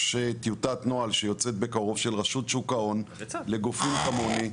יש טיוטת נוהל שיוצאת בקרוב של רשות שוק ההון לגופים כמוני.